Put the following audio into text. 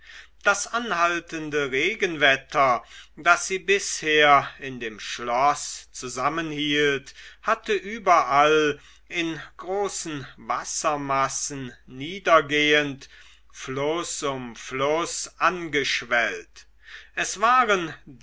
das anhaltende regenwetter das sie bisher in dem schloß zusammenhielt hatte überall in großen wassermassen niedergehend fluß um fluß angeschwellt es waren